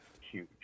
Huge